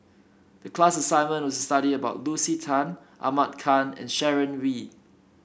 the class assignment was to study about Lucy Tan Ahmad Khan and Sharon Wee